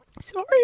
Sorry